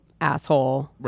asshole